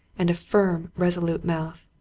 and a firm, resolute mouth.